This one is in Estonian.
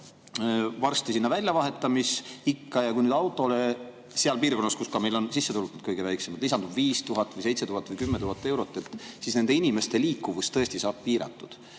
varsti väljavahetamisikka. Kui aga auto hinnale seal piirkonnas, kus sissetulekud on kõige väiksemad, lisandub 5000 või 7000 või 10 000 eurot, siis nende inimeste liikuvus tõesti saab piiratud.